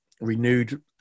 renewed